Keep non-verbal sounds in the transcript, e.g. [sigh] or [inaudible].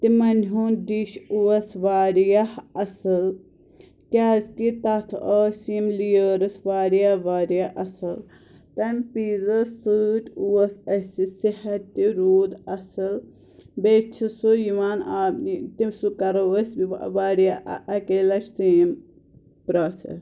تِمن ہنٛد ڈِش اوس واریاہ اصٕل کیٛازِکہِ تَتھ ٲسۍ یِم لِیٲرٕس واریاہ واریاہ اصٕل تَمہِ پیٖزا سۭتۍ اوس اسہِ صحت تہِ روٗد اصٕل بیٚیہِ چھُ سُہ یِوان [unintelligible] سُہ کرو أسۍ واریاہ اَکے لَٹہِ سیم پرٛوسیٚس